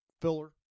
Filler